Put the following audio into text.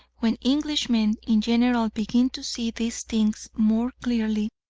when englishmen in general begin to see these things more clearly,